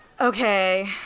Okay